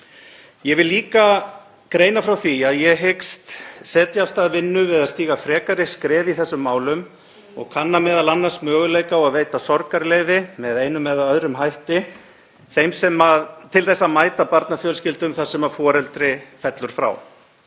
Ég vil líka greina frá því að ég hyggst setja af stað vinnu við að stíga frekari skref í þessum málum og kanna m.a. möguleika á að veita sorgarleyfi með einum eða öðrum hætti til þess að mæta barnafjölskyldum þar sem foreldri fellur frá.